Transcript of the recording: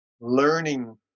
Learning